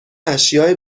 اشیاء